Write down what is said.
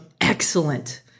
excellent